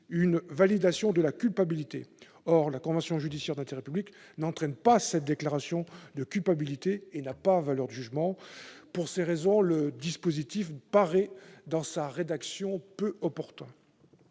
une validation de la culpabilité. Or la convention judiciaire d'intérêt public n'entraîne pas cette déclaration de culpabilité et n'a pas valeur de jugement. Pour ces raisons, le dispositif tel qu'il est prévu paraît peu opportun.